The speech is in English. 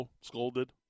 scolded